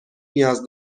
نیاز